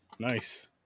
Nice